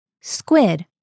Squid